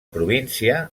província